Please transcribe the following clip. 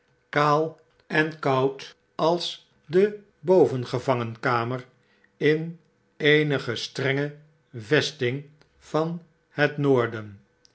kaal en koud als debovenoverdeukken gevangenkamer in eenige strenge vesting van set noorden